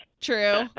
True